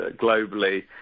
globally